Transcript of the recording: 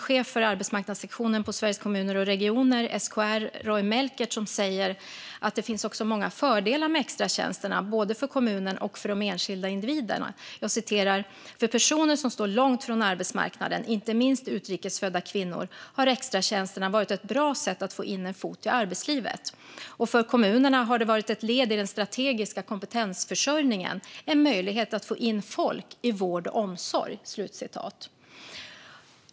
Chefen för arbetsmarknadssektionen på Sveriges Kommuner och Regioner, Roy Melchert, säger att det finns många fördelar med extratjänsterna både för kommunerna och för de enskilda individerna: "För personer som står långt från arbetsmarknaden - inte minst utrikesfödda kvinnor - har extratjänsterna varit ett bra sätt att få in en fot i arbetslivet. Och för kommunerna har det varit ett led i den strategiska kompetensförsörjningen, en möjlighet att få in folk i vård och omsorg."